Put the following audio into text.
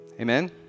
Amen